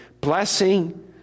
blessing